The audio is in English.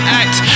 act